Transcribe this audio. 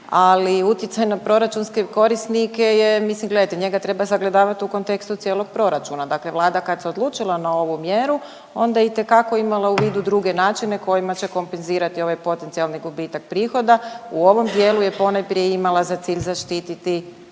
ali utjecaj na proračunske korisnike je mislim gledajte, njega treba sagledavat u kontekstu cijelog proračuna. Dakle Vlada kad se odlučila na ovu mjeru, onda je itekako imala u vidu druge načine kojima će kompenzirati ovaj potencijalni gubitak prihoda. U ovom dijelu je ponajprije imala za cilj zaštititi